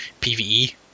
PVE